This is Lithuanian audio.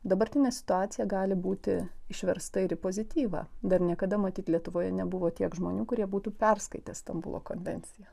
dabartinė situacija gali būti išversta ir į pozityvą dar niekada matyt lietuvoje nebuvo tiek žmonių kurie būtų perskaitę stambulo konvenciją